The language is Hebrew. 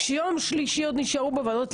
וביום שלישי נשארו בוועדות.